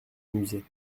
musée